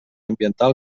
ambiental